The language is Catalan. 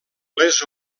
les